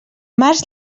març